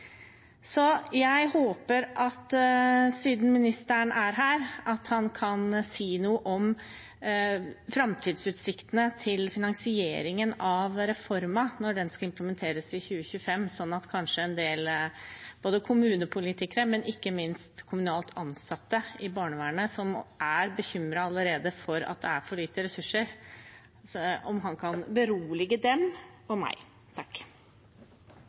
Så jeg håper at ministeren – siden han er her – kan si noe om framtidsutsiktene til finansieringen av reformen når den skal implementeres i 2022. Kan han berolige kommunepolitikere, og ikke minst kommunalt ansatte i barnevernet, som allerede er bekymret for at det er for lite ressurser? Jeg vil starte med å slutte meg til den store bekymringen som både Senterpartiets og